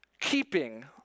keeping